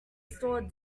store